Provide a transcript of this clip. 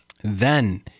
Then